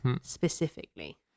specifically